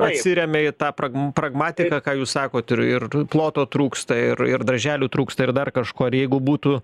atsiremia į tą prag pragmatiką ką jūs sakot ir ir ploto trūksta ir ir darželių trūksta ir dar kažko ir jeigu būtų